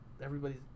Everybody's